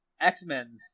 x-men's